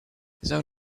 there